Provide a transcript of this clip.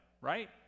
right